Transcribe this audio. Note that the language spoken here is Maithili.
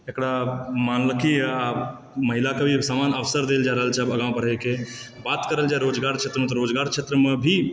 एकरा मानलकय हँ आब महिलाके भी एक समान अवसर देल जा रहल छै आब आगाँ बढ़यके बात करल जाइ रोजगार क्षेत्रमे तऽ रोजगार क्षेत्रमे भी